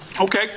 Okay